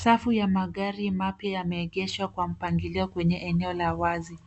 Safu ya magari mapya yameegeshwa kwa mpangilio kwenye maeneo la wazi.